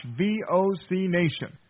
vocnation